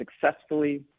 successfully